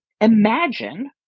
imagine